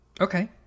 Okay